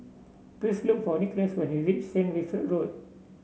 please look for Nicholas when you reach Saint Wilfred Road